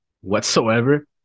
whatsoever